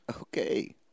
Okay